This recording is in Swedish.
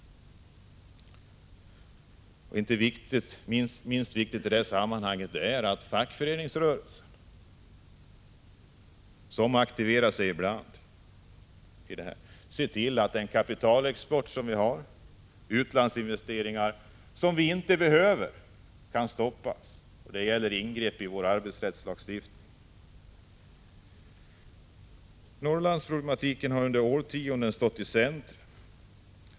Inte minst viktigt i det här sammanhanget är att fackföreningsrörelsen, som ibland aktiverar sig för detta, ser till att kapitalexport till utlandsinvesteringar som vi inte behöver kan stoppas. Där gäller det ingrepp i vår arbetsrättslagstiftning. Norrlandsproblematiken har under årtionden stått i centrum.